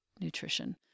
nutrition